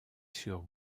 sur